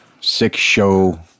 six-show